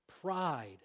pride